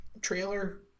trailer